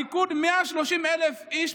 בליכוד 130,000 איש,